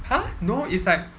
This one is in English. !huh! no it's like